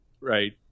Right